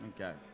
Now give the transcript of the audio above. Okay